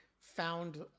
found